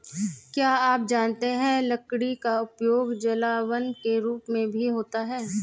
क्या आप जानते है लकड़ी का उपयोग जलावन के रूप में भी होता है?